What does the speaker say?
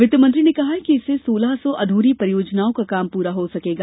वित्तमंत्री ने कहा कि इससे सोलह सौ अधूरी परियोजनाओं का काम पूरा हो सकेगा